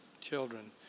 children